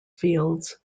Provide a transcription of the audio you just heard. fields